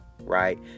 right